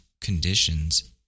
conditions